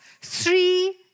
three